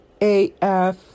AF